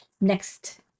next